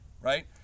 right